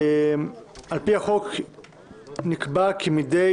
על-פי החוק נקבע כי מדי